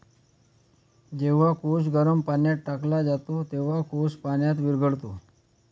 जेव्हा कोश गरम पाण्यात टाकला जातो, तेव्हा कोश पाण्यात विरघळतो